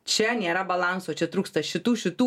čia nėra balanso čia trūksta šitų šitų